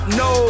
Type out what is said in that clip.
no